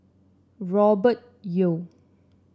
Robert Yeo